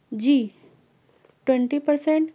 G twenty percent